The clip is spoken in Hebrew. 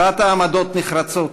הבעת עמדות נחרצות,